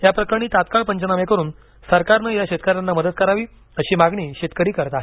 याप्रकरणी तात्काळ पंचनामे करून सरकारने या शेतकऱ्यांना मदत करावी अशी मागणी शेतकरी करत आहेत